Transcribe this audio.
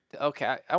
Okay